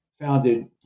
Founded